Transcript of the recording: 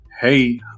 Hey